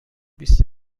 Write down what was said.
بیست